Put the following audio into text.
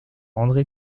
andré